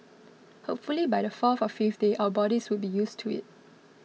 hopefully by the fourth or fifth day our bodies would be used to it